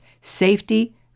safety